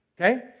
Okay